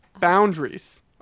Boundaries